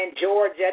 Georgia